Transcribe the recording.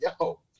yo